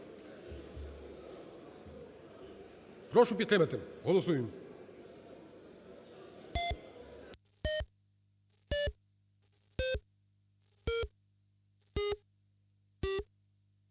Прошу підтримати. Голосуємо.